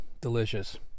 Delicious